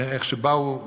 איך שבאו נערים,